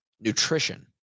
nutrition